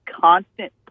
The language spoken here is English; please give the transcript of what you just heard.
constant